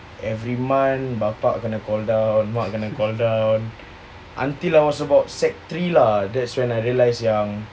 every month bapa kena call down until I was about sec three ya that was I realise yang